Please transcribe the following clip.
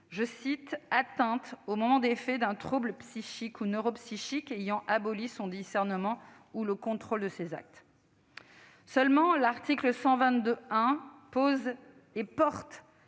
personne atteinte, « au moment des faits, d'un trouble psychique ou neuropsychique ayant aboli son discernement ou le contrôle de ses actes ». Seulement, l'article 122-1 pose un